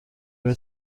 برای